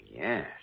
yes